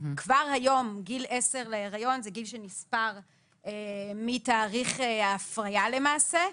כבר היום גיל 10 להיריון זה גיל שנספר מתהליך ההפריה למעשה,